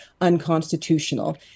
unconstitutional